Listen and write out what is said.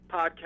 podcast